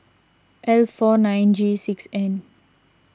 L four nine G six N